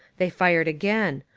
they fired again.